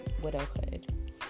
widowhood